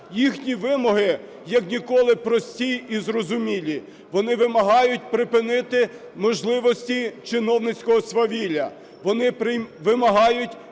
Їхні вимоги як інколи прості і зрозумілі. Вони вимагають припинити можливості чиновницького свавілля, вони вимагають